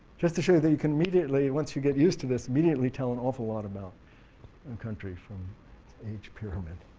just to show you that you can immediately, once you get used to this, immediately tell an awful lot about a country from an age pyramid.